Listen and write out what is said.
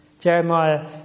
Jeremiah